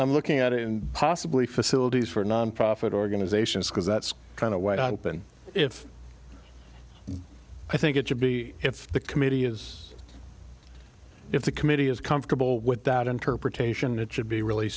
i'm looking at it and possibly facilities for nonprofit organizations because that's kind of what i've been if i think it should be if the committee is if the committee is comfortable with that interpretation it should be really